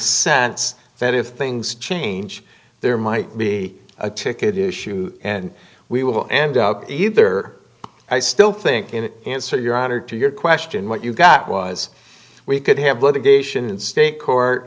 sense that if things change there might be a ticket issue and we will end up you there i still think the answer your honor to your question what you got was we could have litigation in state court